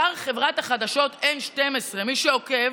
אתר חברת החדשות N12, מי שעוקב,